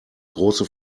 große